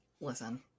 listen